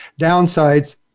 downsides